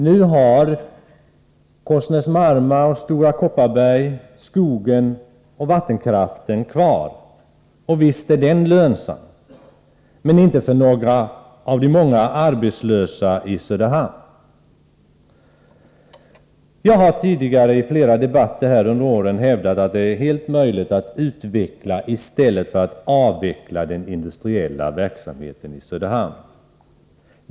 Nu har Korsnäs-Marma och Stora Kopparberg skogen och vattenkraften kvar, och visst är detta lönsamt, men inte för några av de många arbetslösa i Söderhamn. Jag har tidigare i flera debatter under åren hävdat att det är helt möjligt att utveckla i stället för att avveckla den industriella verksamheten i Söderhamn.